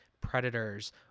predators